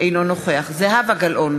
אינו נוכח זהבה גלאון,